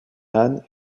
âne